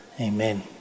Amen